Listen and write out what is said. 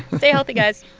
stay healthy, guys